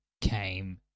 came